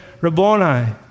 Rabboni